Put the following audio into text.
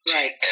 Right